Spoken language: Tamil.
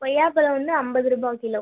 கொய்யா பழம் வந்து ஐம்பதுருபா கிலோ